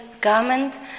garment